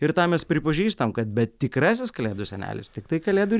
ir tą mes pripažįstam kad bet tikrasis kalėdų senelis tiktai kalėdų ry